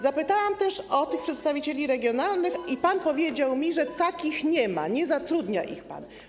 Zapytałam też o przedstawicieli regionalnych i pan odpowiedział mi, że takich nie ma, nie zatrudnia ich pan.